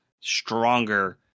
stronger